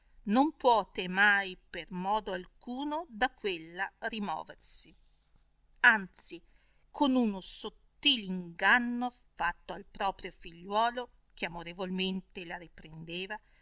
non puote mai per modo alcuno da quella rimoversi anzi con uno sottil inganno fatto al proprio figliuolo che amorevolmente la riprendeva